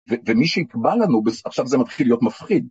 ומי שיקבע לנו, עכשיו זה מתחיל להיות מפחיד.